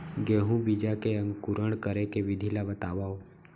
गेहूँ बीजा के अंकुरण करे के विधि बतावव?